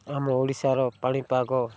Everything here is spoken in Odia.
ଆମ ଓଡ଼ିଶାର ପାଣିପାଗ